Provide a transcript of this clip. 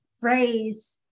phrase